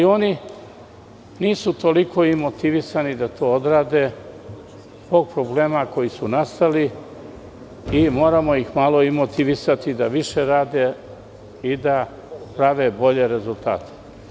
Oni nisu toliko motivisani da to odrade zbog problema koji su nastali i moramo ih malo i motivisati da više rade i da prave bolje rezultate.